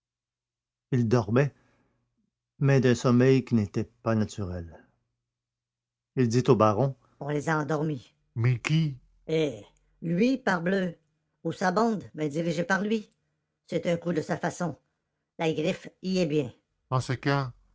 ils dormaient mais d'un sommeil qui n'était pas naturel il dit au baron on les a endormis mais qui eh lui parbleu ou sa bande mais dirigée par lui c'est un coup de sa façon la griffe y est bien en ce cas